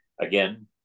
again